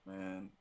man